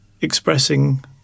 expressing